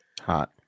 Hot